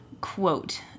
quote